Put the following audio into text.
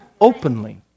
openly